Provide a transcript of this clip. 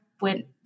went